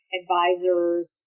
advisors